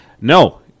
No